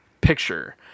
picture